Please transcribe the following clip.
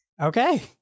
Okay